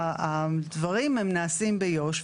הדברים נעשים ביו"ש,